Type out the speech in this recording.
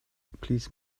please